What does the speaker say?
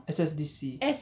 S_S_D_C